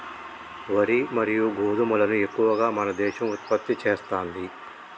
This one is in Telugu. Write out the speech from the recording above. వరి మరియు గోధుమలను ఎక్కువ మన దేశం ఉత్పత్తి చేస్తాంది